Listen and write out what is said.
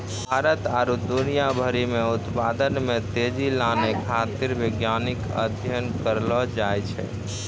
भारत आरु दुनिया भरि मे उत्पादन मे तेजी लानै खातीर वैज्ञानिक अध्ययन करलो जाय छै